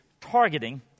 targeting